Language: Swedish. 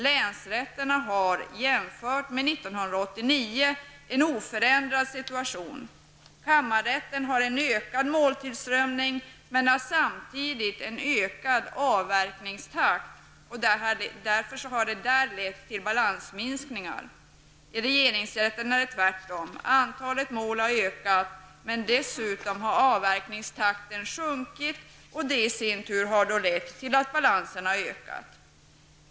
Länsrätterna har jämfört med 1989 en oförändrad situation. Kammarrätterna har en ökad måltillströmning, men de har samtidigt en ökad avverkningstakt, vilket har lett till en balansminskning. I regeringsrätten är det tvärtom. Antalet mål har ökat, men dessutom har avverkningstakten sjunkit, vilket i sin tur har lett till att balansen har ökat.